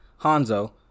Hanzo